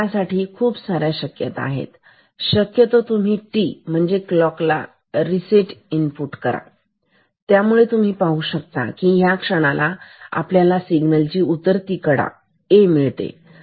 तर त्यासाठी खूप साऱ्या शक्यता आहेत शक्यतो तुम्ही t क्लॉकला रिसेट इनपुट करा त्यामुळे तुम्ही पाहू शकता या क्षणाला आपल्याला सिग्नलची उतरती कडा A मिळते